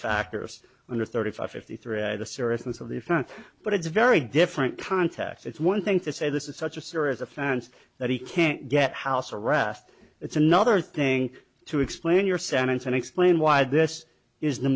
factors under thirty five fifty three of the seriousness of the offense but it's a very different context it's one thing to say this is such a serious offense that he can't get house arrest it's another thing to explain your sentence and explain why this is the